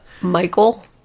michael